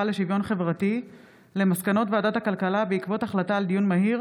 לשוויון חברתי על מסקנות ועדת הכלכלה בעקבות דיון מהיר